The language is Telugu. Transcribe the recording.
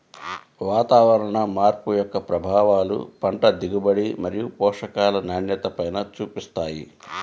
వాతావరణ మార్పు యొక్క ప్రభావాలు పంట దిగుబడి మరియు పోషకాల నాణ్యతపైన చూపిస్తాయి